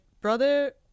brother